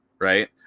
right